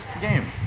game